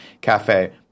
cafe